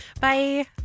Bye